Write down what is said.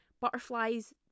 butterflies